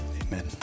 amen